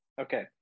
Okay